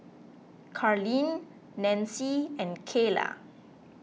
Carlene Nancie and Kaila